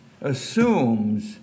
assumes